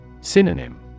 Synonym